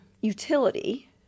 utility